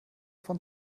von